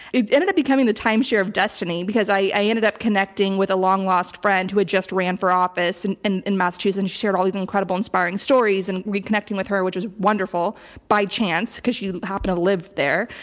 it ended up becoming the timeshare of destiny because i i ended up connecting with a long-lost friend who had just ran for office and and in massachusetts shared all these incredible inspiring stories and reconnecting with her which was wonderful by chance because she just happen to live there.